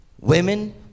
Women